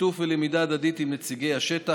שיתוף ולמידה הדדית עם נציגי השטח,